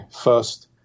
first